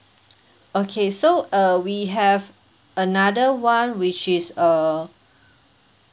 okay so err we have another [one] which is a